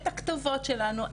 את הכתובות שלנו,